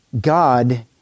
God